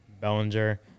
Bellinger